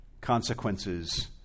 consequences